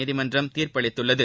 நீதிமன்றம் தீர்ப்பளித்துள்ளது